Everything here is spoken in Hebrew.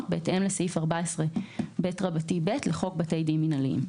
בהתאם לסעיף 14ב(ב) לחוק בתי דין מינהליים.